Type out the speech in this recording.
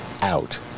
out